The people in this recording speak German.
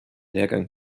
lehrgang